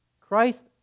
Christ